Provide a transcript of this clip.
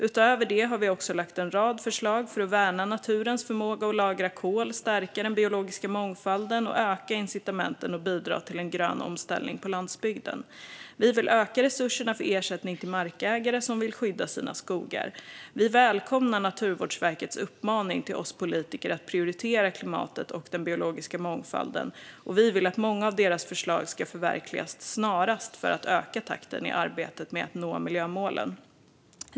Utöver det har vi också lagt fram en rad förslag för att värna naturens förmåga att lagra kol, stärka den biologiska mångfalden och öka incitamenten att bidra till en grön omställning på landsbygden. Vi vill öka resurserna för ersättning till markägare som vill skydda sina skogar. Vi välkomnar Naturvårdsverkets uppmaning till oss politiker att prioritera klimatet och den biologiska mångfalden, och vi vill att många av deras förslag ska förverkligas snarast för att öka takten i arbetet med att nå miljömålen.